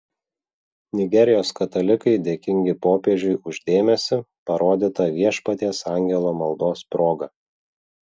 nigerijos katalikai dėkingi popiežiui už dėmesį parodytą viešpaties angelo maldos proga